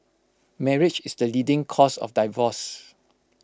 marriage is the leading cause of divorces